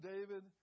David